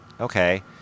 Okay